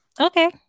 Okay